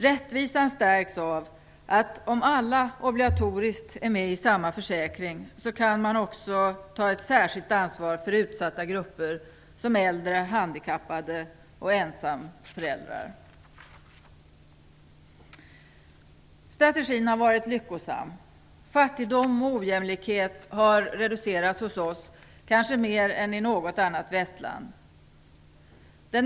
Rättvisan stärks om alla är med i samma obligatoriska försäkring. Då kan man ta ett särskilt ansvar för utsatta grupper såsom äldre, handikappade och ensamföräldrar. Strategin har varit lyckosam. Fattigdom och ojämlikhet har hos oss reducerats kanske mer än i något annat västland.